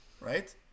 right